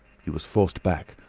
he was forced back,